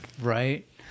Right